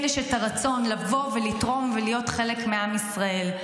יש את הרצון לבוא ולתרום ולהיות חלק מעם ישראל.